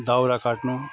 दाउरा काट्नु